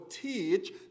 teach